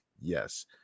Yes